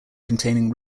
containing